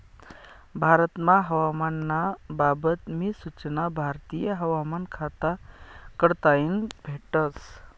भारतमा हवामान ना बाबत नी सूचना भारतीय हवामान खाता कडताईन भेटस